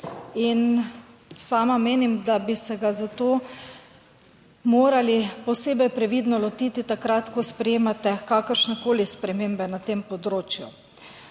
In sama menim, da bi se ga za to morali posebej previdno lotiti takrat, ko sprejemate kakršnekoli spremembe na tem področju.